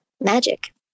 magic